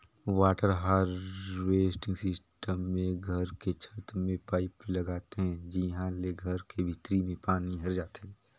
water harvesting system मे घर के छत में पाईप लगाथे जिंहा ले घर के भीतरी में पानी हर जाथे